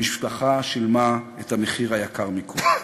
המשפחה שילמה את המחיר היקר מכול".